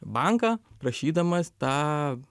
banką prašydamas tą